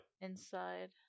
inside